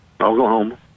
Oklahoma